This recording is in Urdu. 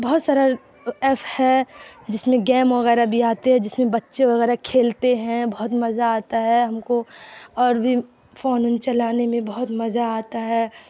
بہت سارا ایف ہے جس میں گیم وغیرہ بھی آتے ہیں جس میں بچے وغیرہ کھیلتے ہیں بہت مزہ آتا ہے ہم کو اور بھی فون وون چلانے میں بہت مزہ آتا ہے